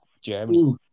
Germany